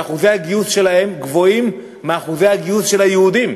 שאחוזי הגיוס שלהם גבוהים מאחוזי הגיוס של היהודים,